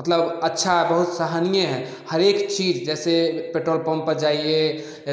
मतलब अच्छा बहुत सराहनीय है हर एक चीज जैसे पेट्रोल पंप पर जाइए